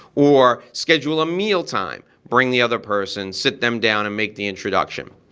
or schedule a meal time, bring the other person, sit them down and make the introduction.